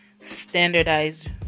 standardized